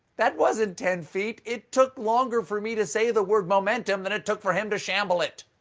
that wasn't ten feet! it took longer for me to say the word momentum than it took for him to shamble it!